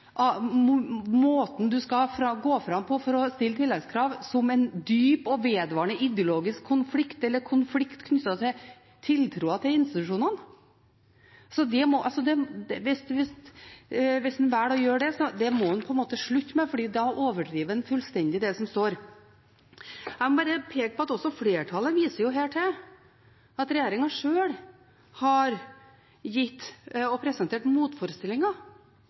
måten man skal gå fram på for å stille tilleggskrav, som en dyp og vedvarende ideologisk konflikt eller en konflikt knyttet til tiltroen til institusjonene. Hvis en velger å gjøre det, må en slutte med det, for da overdriver en fullstendig det som står. Jeg må bare peke på at også flertallet her viser til at regjeringen sjøl har presentert motforestillinger mot at dette systemet skal overlates til universitetene og